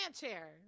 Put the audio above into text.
chair